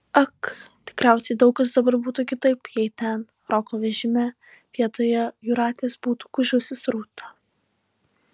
ak tikriausiai daug kas dabar būtų kitaip jei ten roko vežime vietoje jūratės būtų gūžusis rūta